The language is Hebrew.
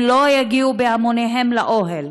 הם לא יגיעו בהמוניהם לאוהל.